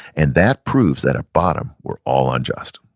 and that proves that at bottom we're all unjust.